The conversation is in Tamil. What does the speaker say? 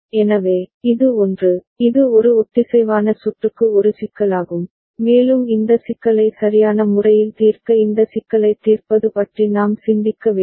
எனவே இது ஒன்று இது ஒரு ஒத்திசைவான சுற்றுக்கு ஒரு சிக்கலாகும் மேலும் இந்த சிக்கலை சரியான முறையில் தீர்க்க இந்த சிக்கலைத் தீர்ப்பது பற்றி நாம் சிந்திக்க வேண்டும்